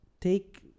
take